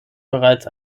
bereits